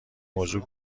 موضوع